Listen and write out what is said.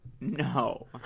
no